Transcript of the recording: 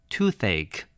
Toothache